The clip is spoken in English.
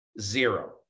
Zero